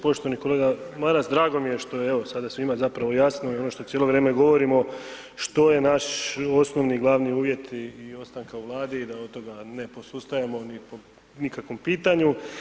Poštovani kolega Maras, drago mi je što je evo, sada svima zapravo jasno i ono što cijelo vrijeme govorimo što je naš osnovni i glavni uvjet i ostanka u Vladi i da od toga ne posustajemo po nikakvom pitanju.